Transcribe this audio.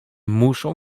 muszą